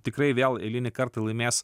tikrai vėl eilinį kartą laimės